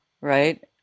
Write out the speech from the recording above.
right